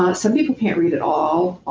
ah some people can't read at all.